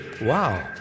Wow